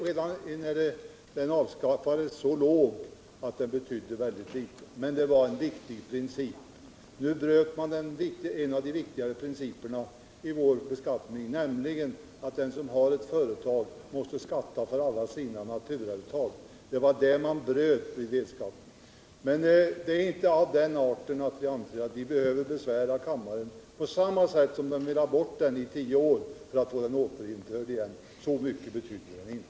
Redan när den avskaffades var den så låg att den betydde väldigt litet. Men när man avskaffade vedskatten bröt man emot en viktig princip i vår beskattning, nämligen principen att den som har ett företag måste skatta för alla sina naturauttag. Vedskatten är emellertid inte av den arten att jag anser att vi för att få den återinförd behöver besvära kammaren på samma sätt som de som ville ta bort den gjorde i tio år. Så mycket betyder den inte.